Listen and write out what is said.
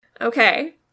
Okay